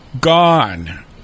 Gone